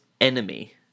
enemy